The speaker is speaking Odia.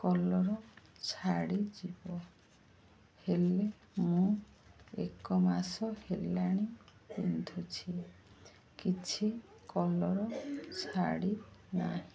କଲର ଛାଡ଼ିଯିବ ହେଲେ ମୁଁ ଏକ ମାସ ହେଲାଣି ପିନ୍ଧୁଛି କିଛି କଲର ଛାଡ଼ି ନାହିଁ